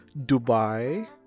Dubai